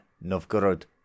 Novgorod